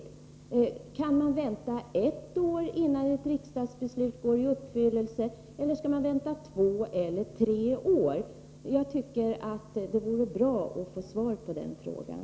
Skall man vänta ett år innan ett riksdagsbeslut går i uppfyllelse, eller skall man vänta två eller tre år? Det vore bra att få svar på den frågan.